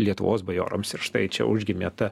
lietuvos bajorams ir štai čia užgimė ta